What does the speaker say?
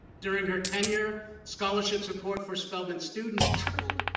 during her tenure scholarship support for spelman students tripled.